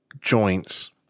joints